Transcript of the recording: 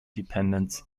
dependence